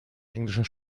englischer